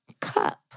cup